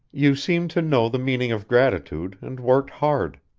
you seemed to know the meaning of gratitude and worked hard.